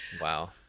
Wow